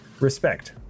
Respect